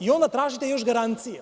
Onda tražite još garancije.